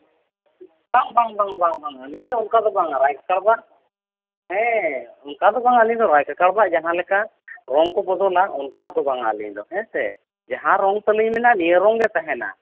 ᱵᱟᱝ ᱵᱟᱝ ᱵᱟᱝ ᱟᱹᱞᱤᱧ ᱫᱚ ᱚᱱᱠᱟ ᱫᱚ ᱵᱟᱝᱼᱟ ᱨᱟᱭ ᱠᱟᱠᱲᱟᱣᱟᱜ ᱦᱮᱸ ᱚᱱᱠᱟ ᱫᱚ ᱵᱟᱝ ᱟᱹᱞᱤᱧ ᱫᱚ ᱨᱟᱭ ᱠᱟᱠᱲᱟᱣᱟᱜ ᱡᱟᱦᱟᱸ ᱞᱮᱠᱟ ᱨᱚᱝ ᱠᱚ ᱵᱚᱫᱚᱞᱟ ᱚᱱᱠᱟ ᱫᱚ ᱵᱟᱝ ᱟᱹᱞᱤᱧ ᱫᱚ ᱦᱮᱸ ᱥᱮ ᱡᱟᱦᱟᱸ ᱨᱚᱝ ᱛᱟᱹᱞᱤᱧ ᱢᱮᱱᱟᱜᱼᱟ ᱱᱤᱭᱟᱹ ᱨᱚᱝ ᱜᱮ ᱛᱟᱦᱮᱱᱟ